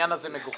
העניין הזה מגוחך.